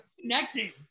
connecting